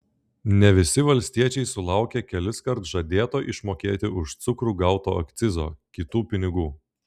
ne visi valstiečiai sulaukė keliskart žadėto išmokėti už cukrų gauto akcizo kitų pinigų